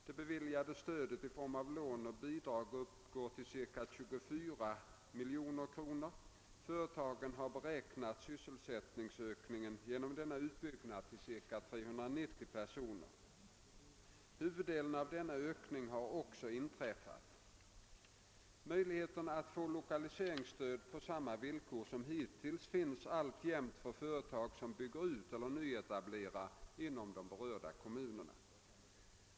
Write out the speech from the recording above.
Det beviljade stödet i form av lån och bidrag uppgår till ca 24,1 miljoner kronor. Företagen har beräknat sysselsättningsökningen genom denna utbyggnad till ca 390 personer: Huvuddelen av denna ökning har också inträffat. Möjligheter att få lokaliseringsstöd på samma villkor som hittills finns alltjämt för företag som bygger ut eller nyetablerar inom de berörda kommunerna.